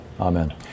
amen